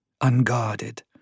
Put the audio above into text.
unguarded